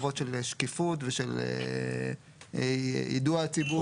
חובות של שקיפות ושל יידוע הציבור.